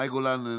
מאי גולן,